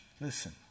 listen